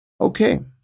Okay